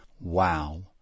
Wow